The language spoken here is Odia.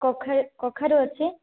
କଖା କଖାରୁ ଅଛି